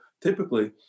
typically